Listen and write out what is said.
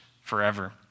forever